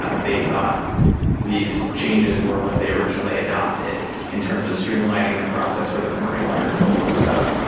ah they thought these changes were what they originally adopted in terms of streamlining the process for the commercial agricultural zone.